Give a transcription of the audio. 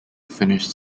finished